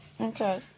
Okay